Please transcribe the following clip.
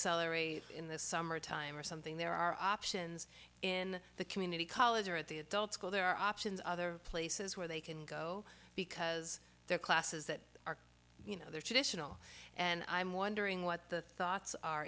accelerate in the summer time or something there are options in the community college or at the adult school there are options other places where they can go because there are classes that are you know their traditional and i'm wondering what the thoughts are